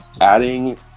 Adding